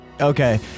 Okay